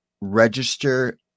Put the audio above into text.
register